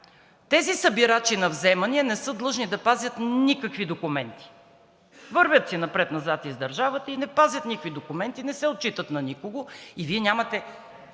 тези събирачи на вземания не са длъжни да пазят никакви документи – вървят си напред-назад из държавата и не пазят никакви документи, не се отчитат на никого и Вие нямате